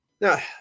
now